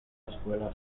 escuela